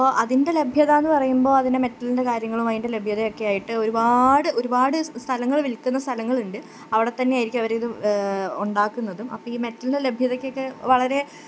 അപ്പോൾ അതിന്റെ ലഭ്യതയെന്ന് പറയുമ്പോൾ അതിന്റെ മെറ്റലിന്റെ കാര്യങ്ങളുമതിന്റെ ലഭ്യതയുമൊക്കെയായിട്ട് ഒരുപാട് ഒരുപാട് സ്ഥലങ്ങൾ വിൽക്കുന്ന സ്ഥലങ്ങളുണ്ട് അവടത്തന്നെയായിരിക്കും അവരിത് ഉണ്ടാക്കുന്നതും അപ്പം ഈ മെറ്റലിന്റെ ലഭ്യതയ്ക്കൊക്കെ വളരെ